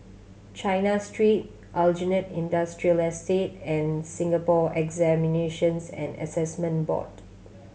China Street Aljunied Industrial Estate and Singapore Examinations and Assessment Board